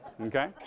Okay